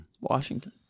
Washington